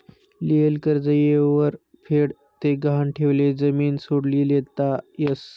लियेल कर्ज येयवर फेड ते गहाण ठियेल जमीन सोडी लेता यस